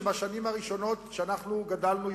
שבשנים הראשונות שאנחנו גדלנו,